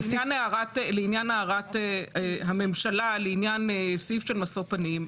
לעניין הערת הממשלה לעניין סעיף של משוא פנים,